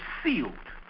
sealed